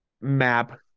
map